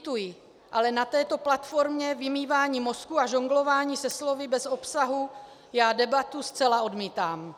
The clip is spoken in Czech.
Lituji, ale na této platformě vymývání mozků a žonglování se slovy bez obsahu já debatu zcela odmítám.